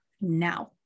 Now